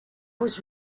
was